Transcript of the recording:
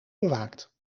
bewaakt